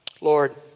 Lord